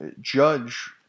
Judge